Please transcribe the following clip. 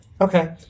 okay